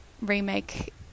remake